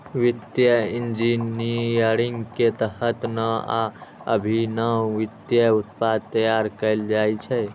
वित्तीय इंजीनियरिंग के तहत नव आ अभिनव वित्तीय उत्पाद तैयार कैल जाइ छै